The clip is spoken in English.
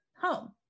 home